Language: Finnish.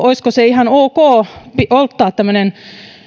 olisiko se ihan ok ottaa tämmöinen